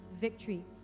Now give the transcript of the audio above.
victory